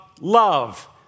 love